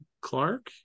Clark